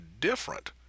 different